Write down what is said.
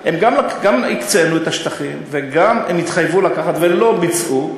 גם הקצינו את השטחים וגם הם התחייבו לקחת ולא ביצעו,